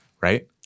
right